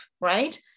right